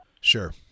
Sure